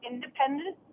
Independent